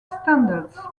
standards